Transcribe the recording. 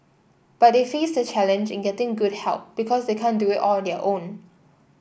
but they face the challenge in getting good help because they can't do it all on their own